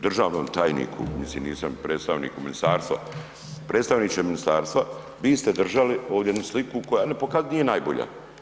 Državnom tajniku, mislim nisam predstavnik u ministarstvo, predstavniče ministarstva, vi ste držali ovdje jednu sliku koja nije najbolja.